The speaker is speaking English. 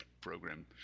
program